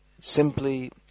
simply